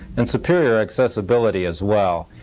and superior accessibility as well.